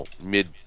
mid